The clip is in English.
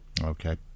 Okay